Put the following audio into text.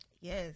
Yes